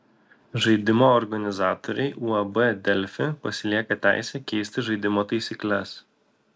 žaidimo organizatoriai uab delfi pasilieka teisę keisti žaidimo taisykles